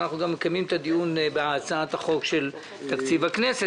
אנחנו גם מקיימים את הדיון בהצעת החוק של תקציב הכנסת.